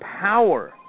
power